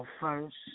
first